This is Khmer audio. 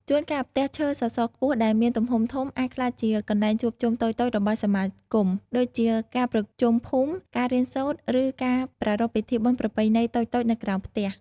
ជួនកាលផ្ទះឈើសសរខ្ពស់ដែលមានទំហំធំ អាចក្លាយជា កន្លែងជួបជុំតូចៗរបស់សហគមន៍ ដូចជាការប្រជុំភូមិ ការរៀនសូត្រ ឬការប្រារព្ធពិធីបុណ្យប្រពៃណីតូចៗនៅក្រោមផ្ទះ ។